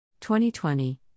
2020